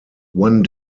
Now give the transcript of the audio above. one